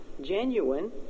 genuine